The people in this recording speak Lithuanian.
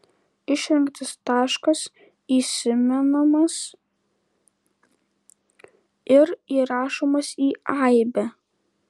išrinktas taškas įsimenamas ir įrašomas į aibę